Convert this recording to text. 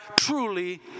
truly